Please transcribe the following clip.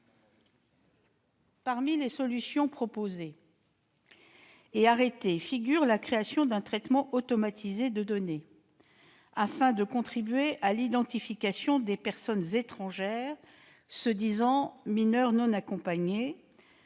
Parmi les solutions proposées et arrêtées figure la création d'un traitement automatisé de données, afin de contribuer à l'identification des personnes étrangères se disant mineurs non accompagnés,